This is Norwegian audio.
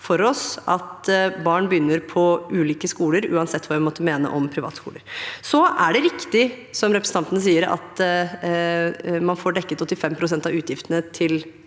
for oss at barn begynner på ulike skoler, uansett hva man måtte mene om privatskoler. Det er riktig, som representanten sier, at man får dekket 85 pst. av utgiftene til